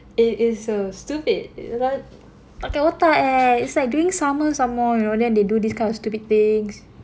it is so stupid diorang tak pakai otak eh it's like during summer somemore you know then they do this kind of stupid things